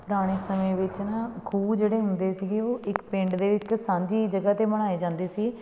ਪੁਰਾਣੇ ਸਮੇਂ ਵਿੱਚ ਨਾ ਖੂਹ ਜਿਹੜੇ ਹੁੰਦੇ ਸੀਗੇ ਉਹ ਇੱਕ ਪਿੰਡ ਦੇ ਵਿੱਚ ਸਾਂਝੀ ਜਗ੍ਹਾ 'ਤੇ ਬਣਾਏ ਜਾਂਦੇ ਸੀ